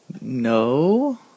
No